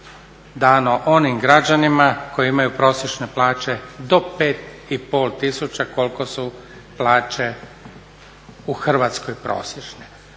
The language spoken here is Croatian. dano onim građanima koji imaju prosječne plaće do 5500 koliko su plaće u Hrvatskoj prosječne.